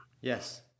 Yes